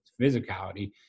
physicality